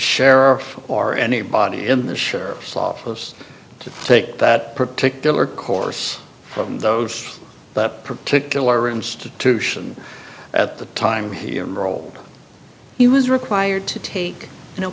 sheriff or any body in the sheriff's office to take that particular course from those particular institution at the time here role he was required to take no